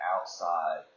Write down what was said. outside